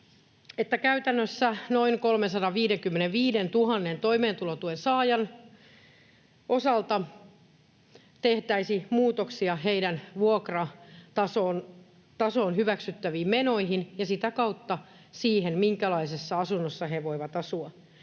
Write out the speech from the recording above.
käytännössä noin 355 000 toimeentulotuen saajan osalta tehtäisiin muutoksia heidän vuokratasoonsa hyväksyttäviin menoihin ja sitä kautta siihen, minkälaisessa asunnossa he voivat asua.